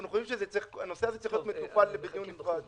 אנחנו חושבים שהנושא הזה צריך להיות מטופל בדיון נפרד.